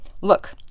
look